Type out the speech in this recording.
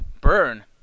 burn